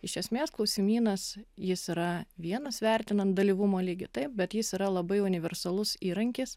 iš esmės klausimynas jis yra vienas vertinan dalyvumo lygį taip bet jis yra labai universalus įrankis